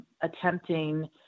attempting